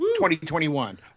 2021